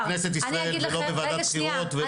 אתה בכנסת ישראל ולא בוועדת בחירות ולא בצעקות,